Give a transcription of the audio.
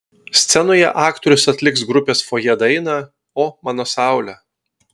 scenoje aktorius atliks grupės fojė dainą o mano saule